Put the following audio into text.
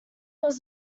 was